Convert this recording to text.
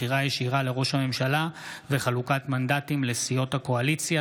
בחירה ישירה לראש הממשלה וחלוקת מנדטים לסיעות הקואליציה),